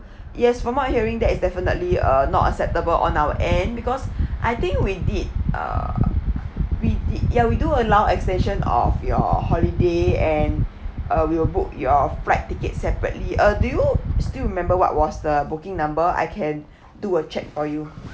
yes from what I hearing that is definitely uh not acceptable on our end because I think we did uh we did ya we do allow extension of your holiday and uh we will book your flight tickets separately uh do you still remember what was the booking number I can do a check for you